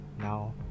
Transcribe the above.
Now